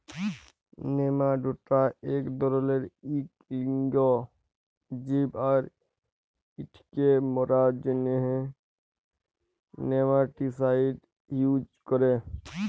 nematoda ইক ধরলের ইক লিঙ্গ জীব আর ইটকে মারার জ্যনহে নেমাটিসাইড ইউজ ক্যরে